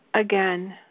Again